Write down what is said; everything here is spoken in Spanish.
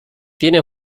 tiene